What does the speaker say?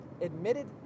admitted